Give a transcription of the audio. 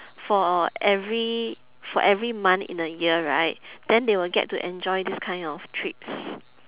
for every for every month in a year right then they will get to enjoy this kind of trips